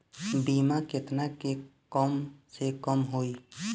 बीमा केतना के कम से कम होई?